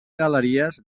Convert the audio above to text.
galeries